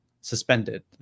suspended